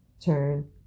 turn